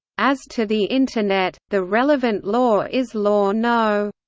as to the internet, the relevant law is law no.